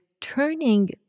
turning